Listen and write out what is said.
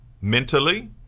mentally